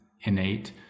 innate